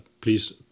please